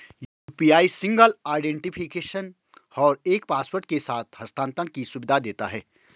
UPI single identification और एक password के साथ हस्थानांतरण की सुविधा देता है